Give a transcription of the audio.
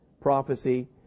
prophecy